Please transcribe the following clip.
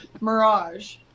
Mirage